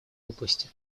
области